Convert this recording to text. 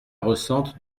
ressentent